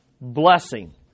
blessing